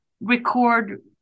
record